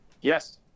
yes